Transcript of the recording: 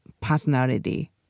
personality